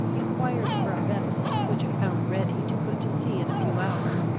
enquired for a vessel, which i found ready to put to sea in a few hours,